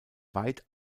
weit